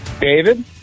David